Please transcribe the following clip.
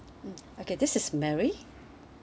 mmhmm okay this is mary